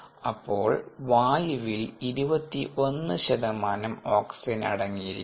അപ്പോൾ വായുവിൽ 21 ശതമാനം ഓക്സിജൻ അടങ്ങിയിരിക്കുന്നു